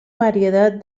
variedad